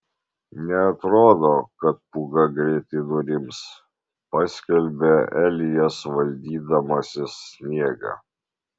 neatrodo kad pūga greitai nurims paskelbia elijas valdydamasis sniegą